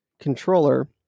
controller